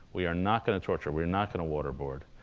we are not going to torture. we are not going to waterboard.